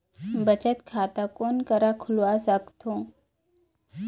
बचत खाता कोन करा खुलवा सकथौं?